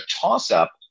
toss-up